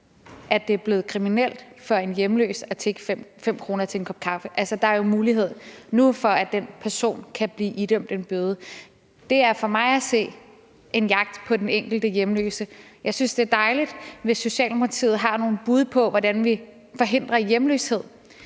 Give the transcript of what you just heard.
at det er blevet kriminelt for en hjemløs at tigge 5 kr. til en kop kaffe? Altså, der er jo nu mulighed for, at den person kan blive idømt en bøde. Det er for mig at se en jagt på den enkelte hjemløse. Jeg synes, det er dejligt, hvis Socialdemokratiet har nogle bud på, hvordan vi forhindrer hjemløshed,